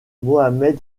mohamed